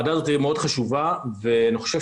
דמוקרטיה זה מאוד חשוב, אבל אם במשפחה